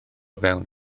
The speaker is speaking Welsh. fewn